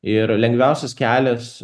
ir lengviausias kelias